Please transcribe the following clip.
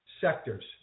sectors